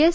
S